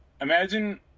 imagine